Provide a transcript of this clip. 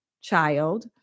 child